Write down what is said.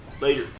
Later